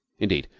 indeed,